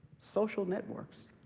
social networks